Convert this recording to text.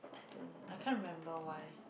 I don't I can't remember why